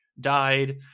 died